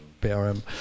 BRM